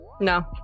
no